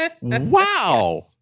wow